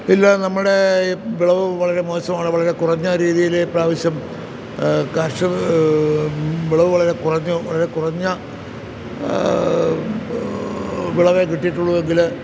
ഇല്ല നമ്മുടെ ഈ വിളവു വളരെ മോശമാണ് വളരെ കുറഞ്ഞ രീതിയിലേ ഈ പ്രാവശ്യം വിളവ് വളരെക്കുറഞ്ഞു വളരെക്കുറഞ്ഞ വിളവേ കിട്ടിയിട്ടുള്ളുവെങ്കിൽ